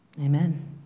Amen